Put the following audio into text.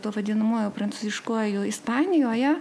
tuo vadinamuoju prancūziškuoju ispanijoje